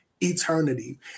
eternity